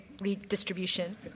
redistribution